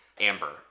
Amber